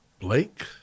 Blake